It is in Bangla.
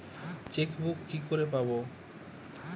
চেকবুক কি করে পাবো?